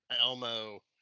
Elmo